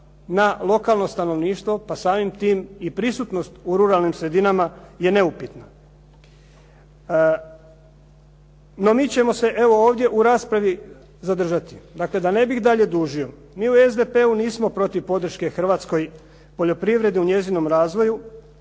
na lokalno stanovništvo, pa samim tim i prisutnost u ruralnim sredinama je neupitna. No, mi ćemo se evo ovdje u raspravi zadržati. Dakle, da ne bih dalje dužio. Mi u SDP-u nismo protiv podrške hrvatskoj poljoprivredi, u njezinom razvoju